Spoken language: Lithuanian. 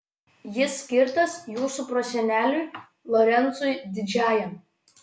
jis skirtas jūsų proseneliui lorencui didžiajam